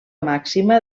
màxima